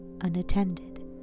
unattended